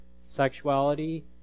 sexuality